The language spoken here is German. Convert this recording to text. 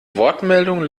wortmeldung